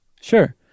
Sure